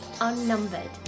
unnumbered